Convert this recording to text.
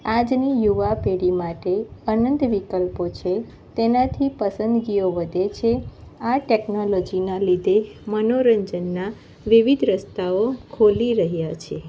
આજની યુવા પેઢી માટે અનંત વિકલ્પો છે તેનાથી પસંદગીઓ વધે છે આ ટેકનોલોજીનાં લીધે મનોરંજનના વિવિધ રસ્તાઓ ખોલી રહ્યા છે